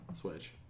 Switch